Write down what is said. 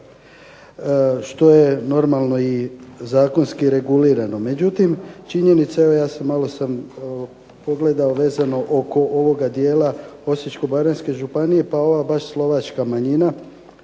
što je normalno zakonski regulirano. Međutim, činjenica evo ja sam malo pogledao vezano oko ovoga dijela Osječko-baranjske županije pa ova Slovačka manjina